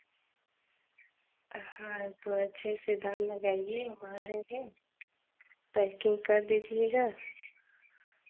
हाँ तो अच्छे से दाम लगाईए हम आ रहें है पैकिंग कर दीजिएगा